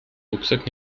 rucksack